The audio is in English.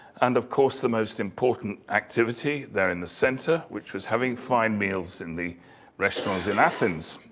and of course, the most important activity, there in the center, which was having fine meals in the restaurants in athens.